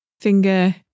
finger